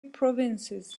provinces